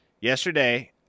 yesterday